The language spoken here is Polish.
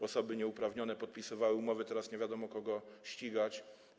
Osoby nieuprawnione podpisywały umowy, teraz nie wiadomo, kogo ścigać.